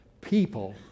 people